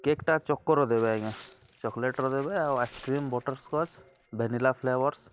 କେକ୍ଟା ଚୋକୋର ଦେବେ ଆଜ୍ଞା ଚକୋଲେଟ୍ର ଦେବେ ଆଉ ଆଇସ୍କ୍ରିମ୍ ବଟର୍ସ୍କଚ୍ ଭେନିଲା ଫ୍ଲେଭର୍ସ